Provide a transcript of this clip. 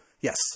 Yes